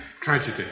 tragedy